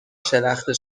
شلخته